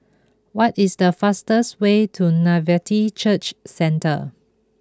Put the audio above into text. what is the fastest way to Nativity Church Centre